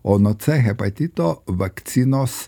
o uo c hepatito vakcinos